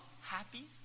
happy